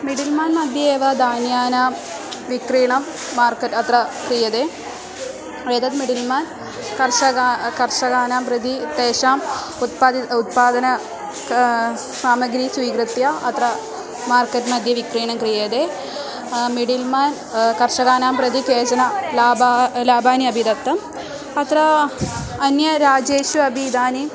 middle man मध्ये एव धान्यानां विक्रियणं मार्केट् अत्र क्रियते एतत् मिडिल् मेन् कर्षकाः कर्षकानां प्रति तेषाम् उत्पादितम् उत्पादनं का सामग्री स्वीकृत्य अत्र मार्केट् मध्ये विक्रयणं क्रियते मिडिल् मेन् कर्षकाणां प्रति केचन लाभाः लाभाः अपि दत्ताः अत्र अन्यराजेषु अपि इदानीं